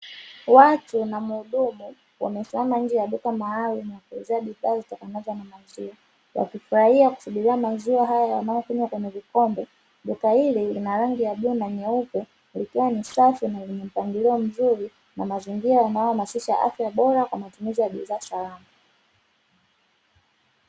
Watu na mhudumu wamesimama nje ya duka maalumu la kuuzia bidhaa zitokanazo na maziwa, wakifurahia kusubiria maziwa hayo wanayokunywa kwenye vikombe. Duka hili lina rangi ya bluu na nyeupe, likiwa ni safi na lenye mpangilio mzuri na mazingira yanayohamasisha afya bora kwa matumizi ya bidhaa salama.